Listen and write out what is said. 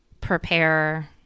prepare